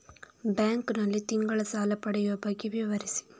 Bank ನಲ್ಲಿ ತಿಂಗಳ ಸಾಲ ಪಡೆಯುವ ಬಗ್ಗೆ ವಿವರಿಸಿ?